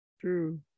True